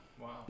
wow